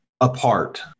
apart